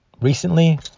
recently